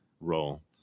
role